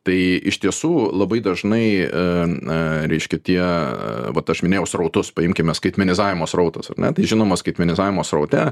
tai iš tiesų labai dažnai reiškia tie vat aš minėjau srautus paimkime skaitmenizavimo srautas ar ne tai žinomas skaitmenizavimo sraute